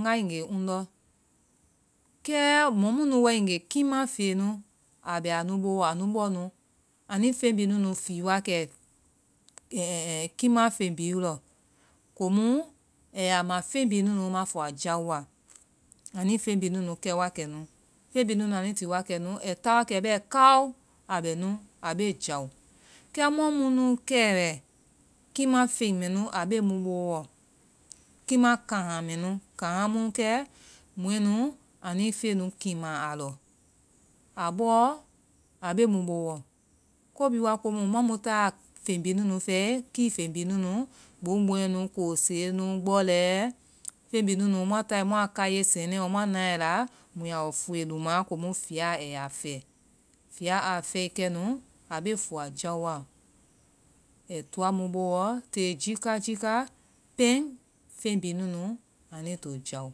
Ngae nge ŋ ndɔ. Kɛ mɔ mu nu kiima feŋnu a bɛ a nu boɔ, anu bɔnu anui feŋ bi nunu fii wakɛ ɛ, ɛ, ɛ kiima feŋ bi lɔ. Ko mu a ya ma feŋ bi nunu ma fua jaowa. Anui feŋ bi nunu kɛ wakɛ nu. Feŋ bi nunu anui ti wakɛ nu. Ai ta wakɛ bɛ kao, a bɛ nu. A be jao. Kɛ mua mu nu kɛ wɛ, kiima feŋ mɛ nu a be mu boɔ, kiima kaŋga mɛ nu. Kaŋga mu kɛ mɔɛ nu a nui feŋ nu kiima a lɔ. A bɔ a be mu boɔ. Ko bi wa komu mua mu ta feŋ bi nunu fɛe, kii feŋ bi nunu gboŋboŋɛ, kose, gbɔlɛ. Feŋ bi nunu. Mua tae, muae kaie sɛnɛlɔ, mua nae a la, mu ya lɔ fuue luma komu fia a ya fɛ. Fia a fɛe kɛnu, a be fua jaowa. Ai toa mu boɔ te jika, jika pɛŋ feŋ bi nunu anui to jao.